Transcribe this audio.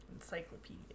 Encyclopedia